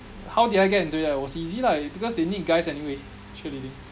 how did I get into it ah it was easy lah because they need guys anyway cheerleading